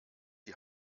die